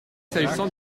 s’agissant